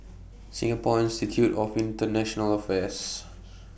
Singapore Institute of International Affairs